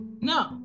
no